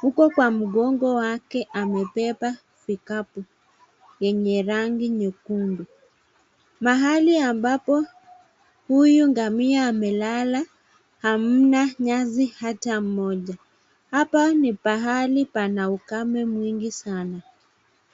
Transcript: Huko kwa mgongo wake amebeba vikapu yenye rangi nyekundu, mahali huyu ngami amelala hamna nyasi ata mmoja, hapa ni mahali pana ukame mwingi sana.